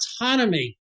autonomy